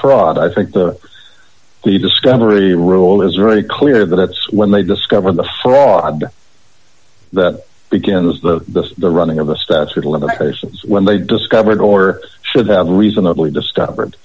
fraud i think the key discovery rule is very clear that that's when they discover the fraud that begins the the running of the statute of limitations when they discovered or should have reasonably discovered